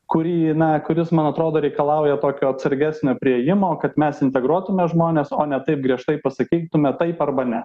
kurį na kuris man atrodo reikalauja tokio atsargesnio priėjimo kad mes integruotume žmones o ne taip griežtai pasakytume taip arba ne